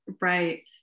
Right